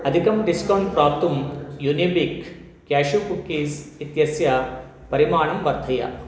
अधिकं डिस्कौण्ट् प्राप्तुं Unibic cashew cookies इत्यस्य परिमाणं वर्धय